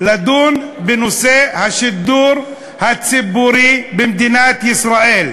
לדון בנושא השידור הציבורי במדינת ישראל,